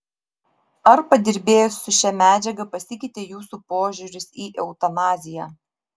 ar padirbėjus su šia medžiaga pasikeitė jūsų požiūris į eutanaziją